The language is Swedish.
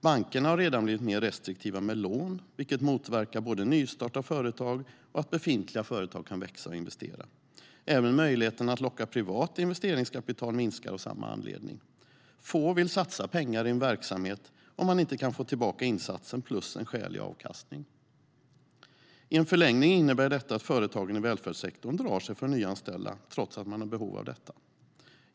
Bankerna har redan blivit mer restriktiva med lån, vilket motverkar både nystart av företag och att befintliga företag kan växa och investera. Även möjligheten att locka privat investeringskapital minskar av samma anledning. Få vill satsa pengar i en verksamhet om man inte kan få tillbaka insatsen plus en skälig avkastning. I en förlängning innebär detta att företagen i välfärdssektorn drar sig för att nyanställa trots att de har behov av detta.